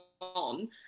on